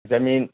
زمین